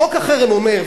חוק החרם אומר,